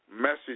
message